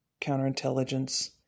counterintelligence